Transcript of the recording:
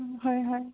হয় হয়